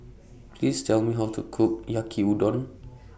Please Tell Me How to Cook Yaki Udon